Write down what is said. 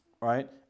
Right